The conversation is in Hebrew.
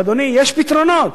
ואדוני, יש פתרונות,